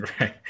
Right